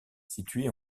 situé